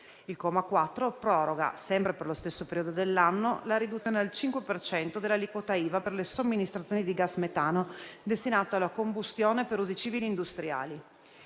Il comma 4 proroga, sempre per lo stesso periodo dell'anno, la riduzione al 5 per cento dell'aliquota IVA per le somministrazioni di gas metano destinato alla combustione per usi civili e industriali.